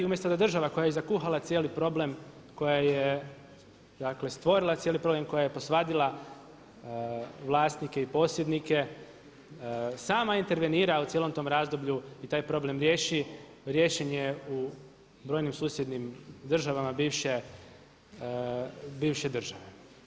I umjesto da država koja je i zakuhala cijeli problem, koja je dakle stvorila cijeli problem, koja je posvadila vlasnike i posjednike sama intervenira u cijelom tom razdoblju i taj problem riješen je u brojnim susjednim državama bivše države.